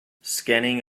scanning